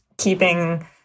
keeping